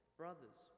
brothers